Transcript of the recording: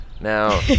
now